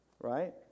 right